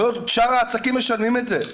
ועוד שאר העסקים משלמים את זה.